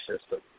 system